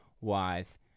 wise